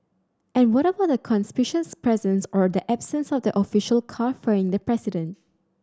and what about the conspicuous presence or the absence of the official car ferrying the president